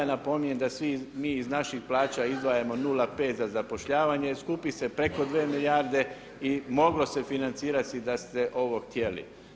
Napominjem da svi mi iz naših plaća izdvajamo 0,5 za zapošljavanje, skupi se preko 2 milijarde i moglo se financirati da ste ovo htjeli.